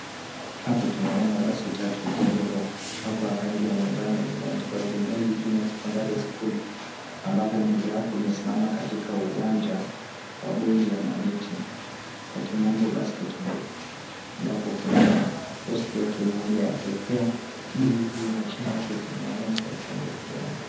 Hapa tunaona basi tatu zilizopakwa rangi ya manjano zimeandikwa Dinyali Junior Secondary School ambapo mojawapo imesimama katika uwanja wa boli ya maniti kwa kimombo basketball ambapo kuna posti yake moja ya kuwekea b𝑜li hiyo na chini yake kuna manyasi ya rangi ya kijani.